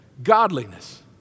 Godliness